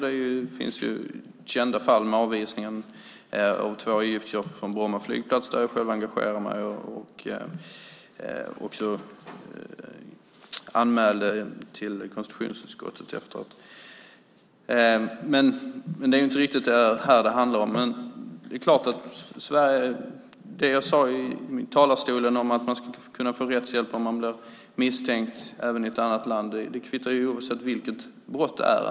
Det finns till exempel det kända fallet med avvisningen av två egyptier från Bromma flygplats, som jag själv engagerade mig i och också anmälde till konstitutionsutskottet, men det är inte riktigt det som det handlar om här. Det jag sade i talarstolen om att man ska kunna få rättshjälp om man blir misstänkt i ett annat land ska vara detsamma oavsett vilket brott det handlar om.